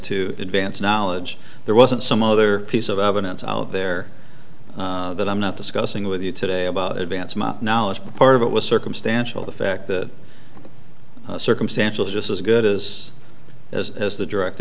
to advance knowledge there wasn't some other piece of evidence out there that i'm not discussing with you today about advance my knowledge part of it was circumstantial the fact that circumstantial just as good as as is the direct